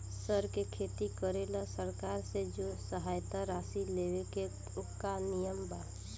सर के खेती करेला सरकार से जो सहायता राशि लेवे के का नियम बा?